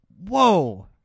whoa